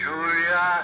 Julia